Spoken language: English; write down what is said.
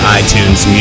iTunes